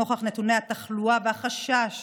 נוכח נתוני התחלואה והחשש